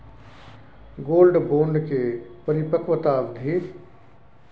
Gold bond के परिपक्वता अवधि?